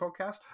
Podcast